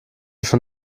schon